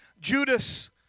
Judas